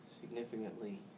significantly